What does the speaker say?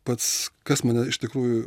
pats kas mane iš tikrųjų